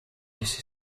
this